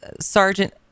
Sergeant